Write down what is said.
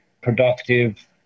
productive